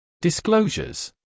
Disclosures